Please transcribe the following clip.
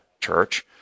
church